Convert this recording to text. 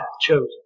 chosen